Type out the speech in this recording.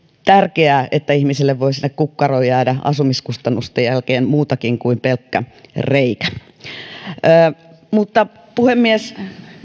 tärkeää että ihmisille voi kukkaroon jäädä asumiskustannusten jälkeen muutakin kuin pelkkä reikä puhemies